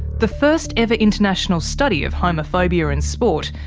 the first ever international study of homophobia in sport,